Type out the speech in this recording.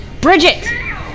Bridget